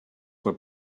were